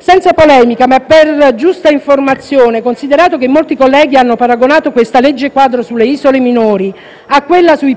Senza polemica ma per giusta informazione, considerato che molti colleghi hanno paragonato questa legge quadro sulle isole minori a quella sui piccoli Comuni (perlomeno per quanto riguarda il fondo),